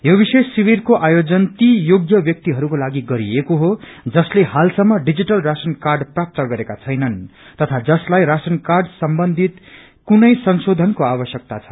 यो विशेष शिविरको आयोजन ती योग्य व्याक्तिहरूको लागि गरिएको हो जसले हाल सम्म डिजिटल राशन कार्ड प्राप्त गरेका छैनन् तथा जसलाई राशन कार्डसित सम्बन्धित कुनै संशोधन आवश्यकता छ